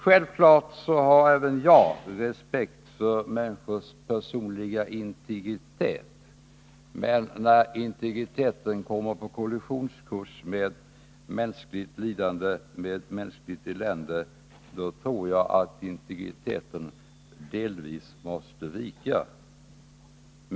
Självfallet har även jag respekt för människors personliga integritet. Men när integriteten kommer på kollisionskurs med mänskligt lidande och elände tror jag att frågan om integriteten delvis måste vika.